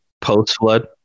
post-flood